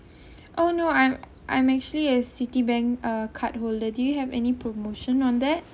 oh no I'm I'm actually a Citibank cardholders do you have any promotion on that